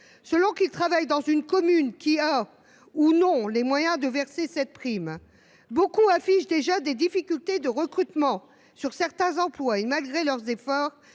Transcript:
selon qu’ils travaillent dans une commune ayant, ou non, les moyens de verser cette prime ? Nombre de communes affichent déjà des difficultés de recrutement pour certains emplois et, malgré leurs efforts,